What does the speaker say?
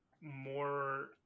more